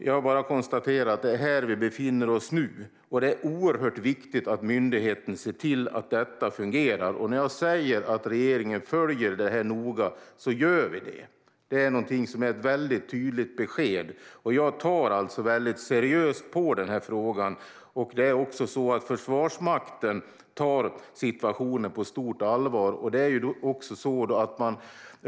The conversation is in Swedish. Jag konstaterar bara att det är här vi nu befinner oss. Det är oerhört viktigt att myndigheten ser till att detta fungerar. När jag säger att regeringen noga följer detta gör regeringen det. Det är ett väldigt tydligt besked. Jag tar alltså frågan väldigt seriöst. Också Försvarsmakten tar situationen på stort allvar.